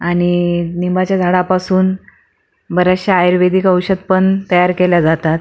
आणि निंबाच्या झाडापासून बऱ्याचशा आयुर्वेदिक औषधपण तयार केल्या जातात